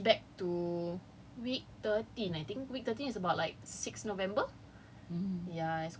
err we pushed back to week thirteen I think week thirteen is about like six november